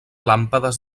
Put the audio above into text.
làmpades